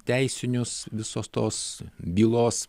teisinius visos tos bylos